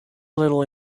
little